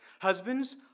husbands